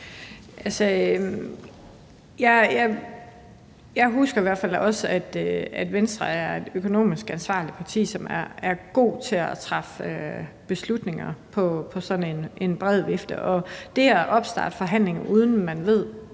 Jeg husker i hvert fald også, at Venstre er et økonomisk ansvarligt parti, som er gode til at træffe beslutninger på sådan en bred vifte, men det at opstarte forhandlinger, uden man ved,